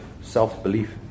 self-belief